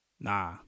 Nah